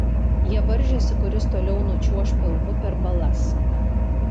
jie varžėsi kuris toliau nučiuoš pilvu per balas